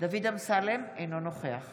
דוד אמסלם, אינו נוכח